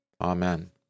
Amen